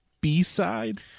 b-side